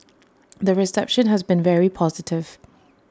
the reception has been very positive